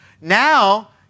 now